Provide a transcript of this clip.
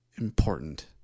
important